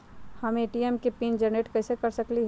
हम ए.टी.एम के pin generate कईसे कर सकली ह?